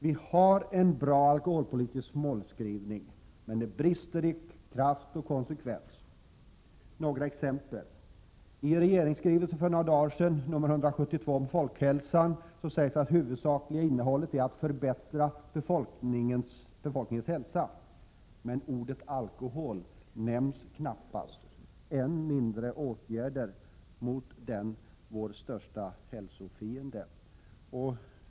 Vi har en bra alkoholpolitisk målskrivning, men den brister i kraft och konsekvens. Jag har några exempel. I regeringens skrivelse 1987/88:172 om 19 folkhälsan, som kom för några dagar sedan, framgår det att det huvudsakliga målet är att förbättra befolkningens hälsa. Ordet alkohol nämns knappast, än mindre åtgärder mot vår största hälsofiende.